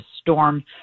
storm